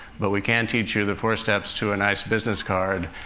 but we can teach you the four steps to a nice business card